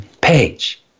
page